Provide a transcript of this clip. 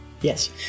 Yes